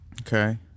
Okay